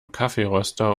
kaffeeröster